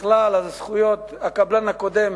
הקבלן הקודם,